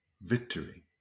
victory